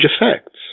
effects